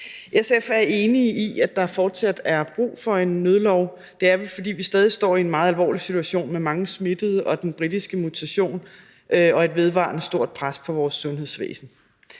SF er vi enige i, at der fortsat er brug for en nødlov. Det er vi, fordi vi stadig står i en meget alvorlig situation med mange smittede og med den britiske mutation og med et vedvarende stort pres på vores sundhedsvæsen.